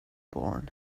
born